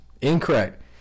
Incorrect